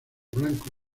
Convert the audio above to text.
blanco